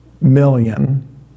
million